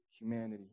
humanity